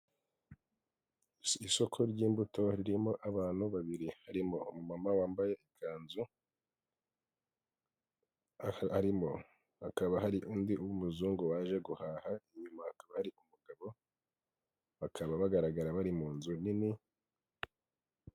Isoko ry'imbuto ririmo abantu babiri harimo umumama wambaye ikanzu arimo, hakaba hari undi w'umuzungu waje guhaha inyuma akaba hari umugabo bakaba bagaragara bari mu nzu nini.